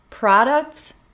Products